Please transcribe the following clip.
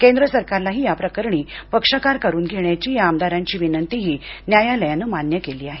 केंद्र सरकारलाही या प्रकरणी पक्षकार करून घेण्याची या आमदारांची विनंतीही न्यालयानं मान्य केली आहे